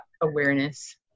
awareness